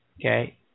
Okay